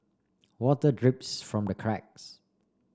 water drips from the cracks